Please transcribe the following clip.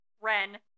Ren-